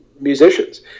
musicians